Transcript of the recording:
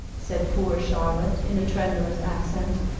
said poor charlotte in a tremulous accent,